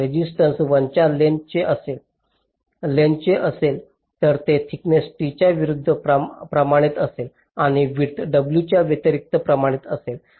तर resistance l च्या lengths चे असेल लेंग्थस चे असेल तर ते थिकनेसच्या t च्या विरूद्ध प्रमाणित असेल आणि विड्थच्या w च्या व्यतिरिक्त प्रमाणित असेल